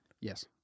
Yes